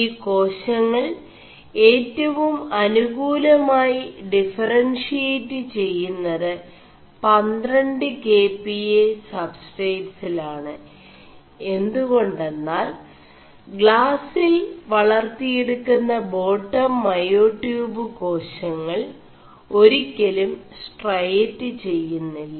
ഈ േകാശÆൾ ഏവും അനുകൂലമായി ഡിഫറൻഷിയg െചgMത് 12 kPa സബ്സ്േ4ടസ്ട്¶ിലാണ് എുെകാെMാൽ øാøിൽ വളർøിെയടു ുM േബാƒം മേയാടçøബ് േകാശÆൾ ഒരി ലും സ്4ടയ് െചgMി